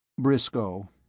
briscoe.